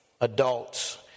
adults